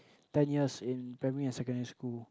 ten years in primary and secondary schools